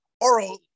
oral